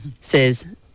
says